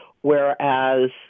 whereas